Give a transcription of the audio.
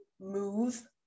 move